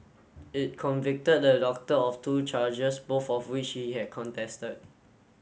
it convicted the doctor of two charges both of which he had contested